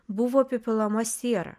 buvo apipilama siera